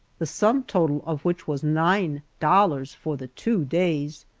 the sum total of which was nine dollars for the two days!